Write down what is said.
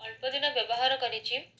ଅଳ୍ପ ଦିନ ବ୍ୟବହାର କରିଛି